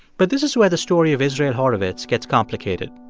but this is where the story of israel horovitz gets complicated.